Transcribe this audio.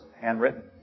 handwritten